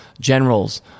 generals